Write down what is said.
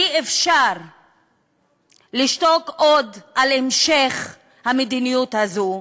אי-אפשר לשתוק עוד על המשך המדיניות הזאת.